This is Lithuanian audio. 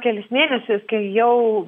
kelis mėnesius kai jau